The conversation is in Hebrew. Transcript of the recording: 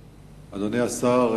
אדוני היושב-ראש, אדוני השר,